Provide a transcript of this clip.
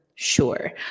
Sure